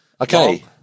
Okay